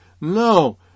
no